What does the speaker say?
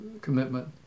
commitment